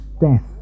death